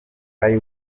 ari